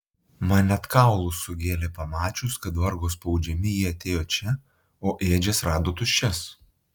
man net kaulus sugėlė pamačius kad vargo spaudžiami jie atėjo čia o ėdžias rado tuščias